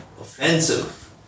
offensive